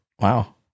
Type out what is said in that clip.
wow